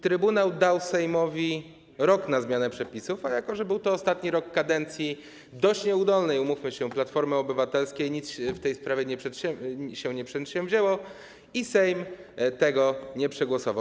Trybunał dał Sejmowi rok na zmianę przepisów, a jako że był to ostatni rok kadencji - dość nieudolnej, umówmy się - Platformy Obywatelskiej, nic w tej sprawie się nie przedsięwzięło i Sejm tego nie przegłosował.